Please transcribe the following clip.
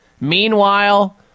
Meanwhile